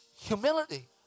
humility